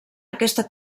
aquesta